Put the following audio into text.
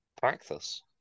practice